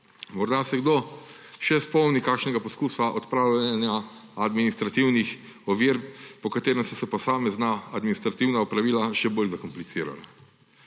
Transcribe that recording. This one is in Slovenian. Morda se še kdo spomni kakšnega poskusa odpravljanja administrativnih ovir, po katerem so se posamezna administrativna opravila še bolj zakomplicirala.